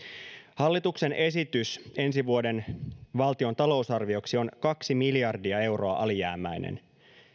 hallituksen esitys valtion ensi vuoden talousarvioksi on kaksi miljardia euroa alijäämäinen